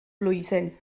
blwyddyn